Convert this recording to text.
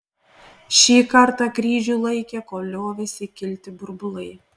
šį kartą kryžių laikė kol liovėsi kilti burbulai